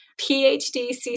PhD